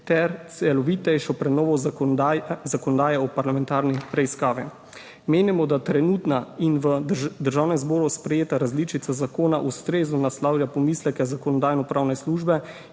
ter celovitejšo prenovo zakonodaje o parlamentarni preiskavi. Menimo, da trenutna in v Državnem zboru sprejeta različica zakona ustrezno naslavlja pomisleke Zakonodajno-pravne službe